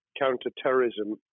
counter-terrorism